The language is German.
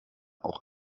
auch